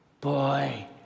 Boy